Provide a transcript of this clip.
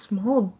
Small